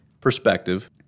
Perspective